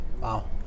Wow